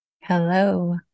Hello